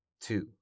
two